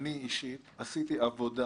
אני אישית עשיתי עבודה